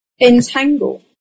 Entangle